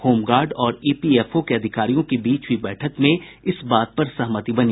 home guard और EPFO के अधिकारियों के बीच हुई बैठक में इस बात पर सहमति बनी